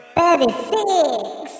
Thirty-six